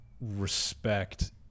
respect